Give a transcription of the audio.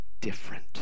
different